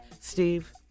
Steve